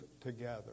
together